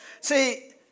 See